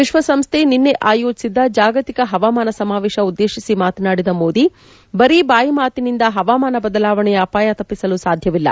ವಿಶ್ವಸಂಸ್ಲೆ ನಿನ್ನೆ ಆಯೋಜಿಸಿದ್ಲ ಜಾಗತಿಕ ಪವಾಮಾನ ಸಮಾವೇಶ ಉದ್ಲೇಶಿಸಿ ಮಾತನಾಡಿದ ಮೋದಿ ಅವರು ಬರೀ ಬಾಯಿ ಮಾತಿನಿಂದ ಪವಾಮಾನ ಬದಲಾವಣೆಯ ಅಪಾಯ ತಪ್ಪಿಸಲು ಸಾಧ್ಯವಿಲ್ಲ